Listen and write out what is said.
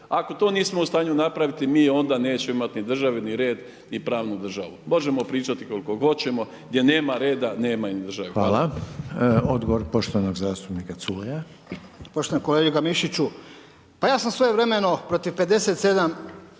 Ako to nismo u stanju napraviti, mi onda nećemo imati ni države, ni red, ni pravnu državu. Možemo pričati koliko hoćemo, gdje nema reda, nema ni države. Hvala. **Reiner, Željko (HDZ)** Hvala. Odgovor poštovanog zastupnika Culeja. **Culej, Stevo (HDZ)** Poštovani kolega Mišiću, pa ja sam svojevremeno protiv 57